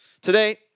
Today